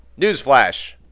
Newsflash